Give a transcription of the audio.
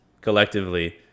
collectively